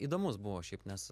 įdomus buvo šiaip nes